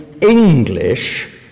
English